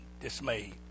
dismayed